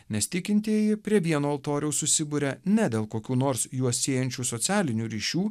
nes tikintieji prie vieno altoriaus susiburia ne dėl kokių nors juos siejančių socialinių ryšių